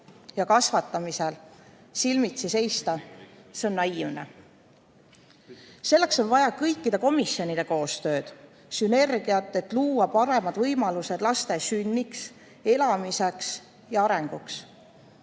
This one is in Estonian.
kasvatamisel silmitsi seista, on naiivne. Selleks on vaja kõikide komisjonide koostööd, sünergiat, et luua paremad võimalused laste sünniks, elamiseks ja arenguks. Head